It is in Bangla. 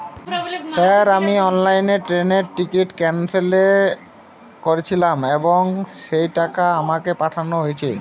স্যার আমি অনলাইনে ট্রেনের টিকিট ক্যানসেল করেছিলাম এবং সেই টাকা আমাকে পাঠানো হয়েছে?